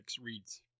reads